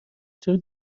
چرا